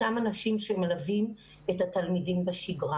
אותם אנשים שמלווים את התלמידים בשגרה.